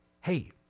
hey